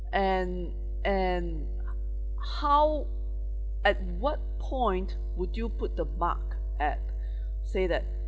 and and how at what point would you put the mark at say that